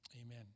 Amen